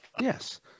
Yes